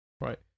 right